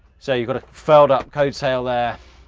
so you've got a fold-up code sail there,